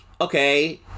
okay